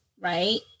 right